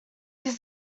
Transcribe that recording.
he’s